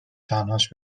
تنهاش